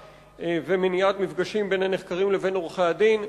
ומניעת מפגשים בין הנחקרים לבין עורכי-הדין.